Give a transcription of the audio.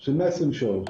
של 120 שעות,